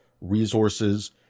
resources